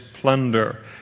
plunder